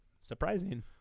Surprising